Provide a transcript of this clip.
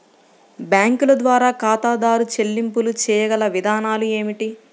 బ్యాంకుల ద్వారా ఖాతాదారు చెల్లింపులు చేయగల విధానాలు ఏమిటి?